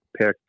pick